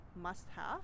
must-have